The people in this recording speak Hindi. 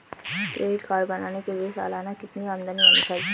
क्रेडिट कार्ड बनाने के लिए सालाना कितनी आमदनी होनी चाहिए?